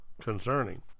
concerning